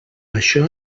això